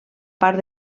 part